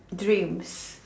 dreams